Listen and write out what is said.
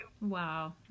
Wow